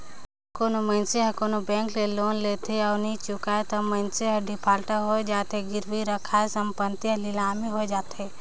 कोनो मइनसे हर कोनो बेंक ले लोन लेथे अउ नी चुकाय ता मइनसे हर डिफाल्टर होए जाथे, गिरवी रराखे संपत्ति हर लिलामी होए जाथे